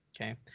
okay